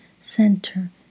Center